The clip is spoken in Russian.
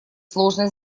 сложной